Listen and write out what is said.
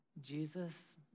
Jesus